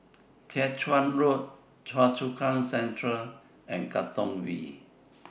Jiak Chuan Road Choa Chu Kang Central and Katong V